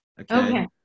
Okay